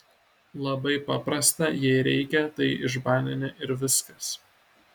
labai paprasta jei reikia tai išbanini ir viskas